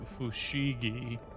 Fushigi